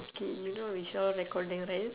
okay you know it's all recording right